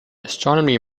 astronomy